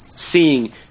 Seeing